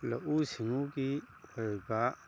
ꯂꯧꯎ ꯁꯤꯡꯎꯒꯤ ꯑꯣꯏꯕ